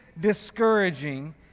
discouraging